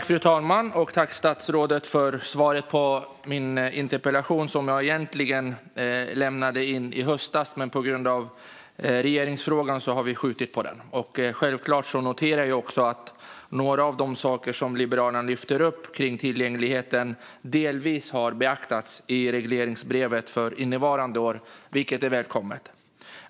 Fru talman! Jag tackar statsrådet för svaret på min interpellation. Egentligen lämnade jag in den i höstas, men på grund av regeringsfrågan har vi skjutit på debatten. Självklart noterar jag också att några av de saker som Liberalerna lyfter upp kring tillgängligheten delvis har beaktats i regleringsbrevet för innevarande år, vilket är välkommet.